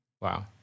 Wow